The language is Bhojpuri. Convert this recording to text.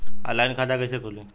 ऑनलाइन खाता कइसे खुली?